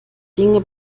dinge